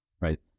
right